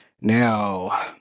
Now